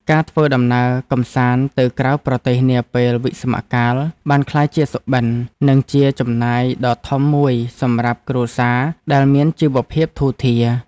ការធ្វើដំណើរកម្សាន្តទៅក្រៅប្រទេសនាពេលវិស្សមកាលបានក្លាយជាសុបិន និងជាចំណាយដ៏ធំមួយសម្រាប់គ្រួសារដែលមានជីវភាពធូរធារ។